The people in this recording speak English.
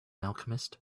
alchemist